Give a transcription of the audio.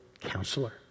counselor